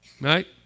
right